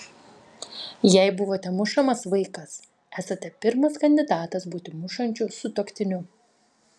jei buvote mušamas vaikas esate pirmas kandidatas būti mušančiu sutuoktiniu